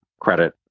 credit